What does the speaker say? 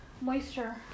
moisture